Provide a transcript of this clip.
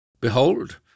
Behold